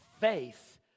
Faith